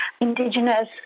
indigenous